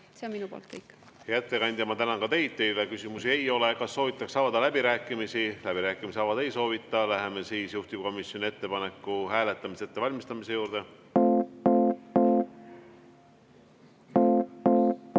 See on minu poolt kõik. Hea ettekandja! Ma tänan ka teid. Teile küsimusi ei ole. Kas soovitakse avada läbirääkimisi? Läbirääkimisi avada ei soovita. Läheme siis juhtivkomisjoni ettepaneku hääletamise ettevalmistamise juurde. Panen